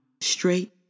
Straight